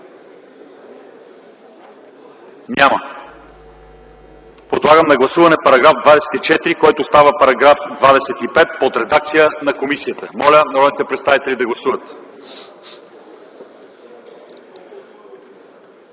Няма. Подлагам на гласуване § 18, който става § 19 по редакция на комисията. Моля, народните представители да гласуват.